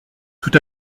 tout